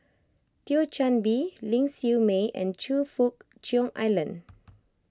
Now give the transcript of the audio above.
Thio Chan Bee Ling Siew May and Choe Fook Cheong Alan